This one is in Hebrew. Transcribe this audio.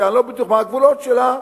שאני לא בטוח מה הגבולות שלה,